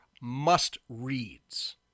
must-reads